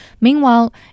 Meanwhile